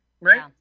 right